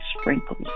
sprinkles